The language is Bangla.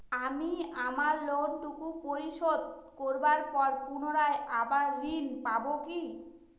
আমি আমার লোন টুকু পরিশোধ করবার পর পুনরায় আবার ঋণ পাবো কি?